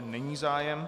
Není zájem.